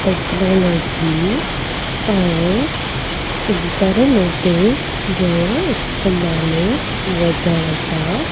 technology ऐं internet जो इस्तेमाल वधण सां